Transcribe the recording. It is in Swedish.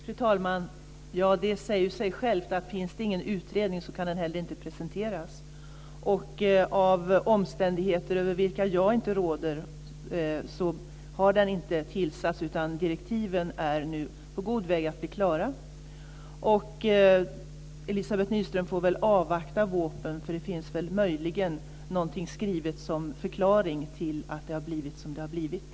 Fru talman! Ja, det säger ju sig självt att om det inte finns någon utredning kan den heller inte presenteras. Av omständigheter över vilka jag inte råder har den inte tillsatts, men direktiven är nu på god väg att bli klara. Elizabeth Nyström får väl avvakta vårpropositionen för där finns möjligen någonting skrivet som förklaring till att det har blivit som det har blivit.